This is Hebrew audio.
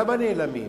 למה הן נעלמות?